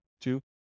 Two